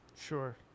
Sure